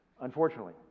Unfortunately